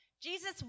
Jesus